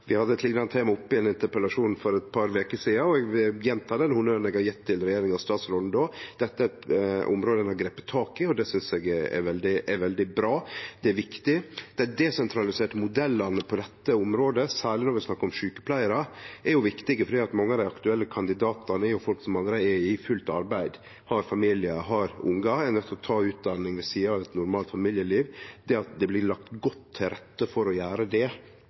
Vi hadde eit liknande tema oppe i ein interpellasjon for eit par veker sidan, og eg vil gjenta den honnøren eg gav til regjeringa og statsråden då: Dette er eit område ein har gripe tak i, og det synest eg er veldig bra. Det er viktig. Dei desentraliserte modellane på dette området, særleg når vi snakkar om sjukepleiarar, er viktige, for mange av dei aktuelle kandidatane er folk som allereie er i fullt arbeid, har familie og ungar, og er nøydde til å ta utdanninga ved sida av eit normalt familieliv. Det at det blir lagt godt til rette for å gjere det,